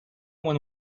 one